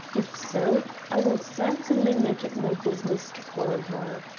if so i will certainly make it my business to call on her.